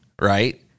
right